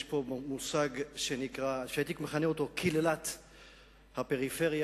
יש פה מושג שהייתי מכנה אותו "קללת הפריפריה",